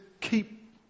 keep